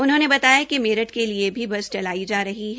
उन्होंने बताया कि मेरठ के लिए भी बस चलाई जा रही है